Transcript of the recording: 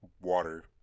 water